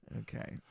Okay